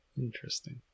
Interesting